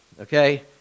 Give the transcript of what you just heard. okay